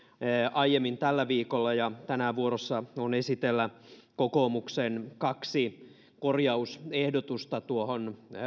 aiemmin tällä viikolla ja tänään vuorossa on esitellä kokoomuksen kaksi korjausehdotusta tuohon